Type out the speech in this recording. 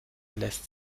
lässt